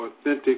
authentic